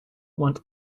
want